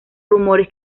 rumores